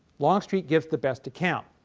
longstreet gives the best account.